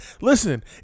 Listen